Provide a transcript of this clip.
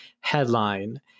headline